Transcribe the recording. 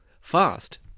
fast